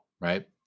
Right